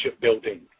building